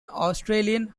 australian